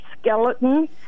Skeleton